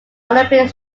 olympic